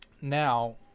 Now